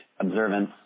observance